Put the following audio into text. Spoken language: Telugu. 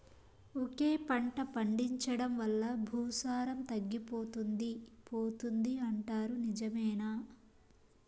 ఒకే పంట పండించడం వల్ల భూసారం తగ్గిపోతుంది పోతుంది అంటారు నిజమేనా